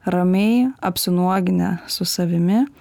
ramiai apsinuoginę su savimi